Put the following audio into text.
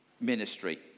ministry